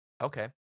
Okay